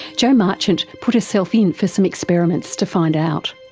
jo marchant put herself in for some experiments to find out.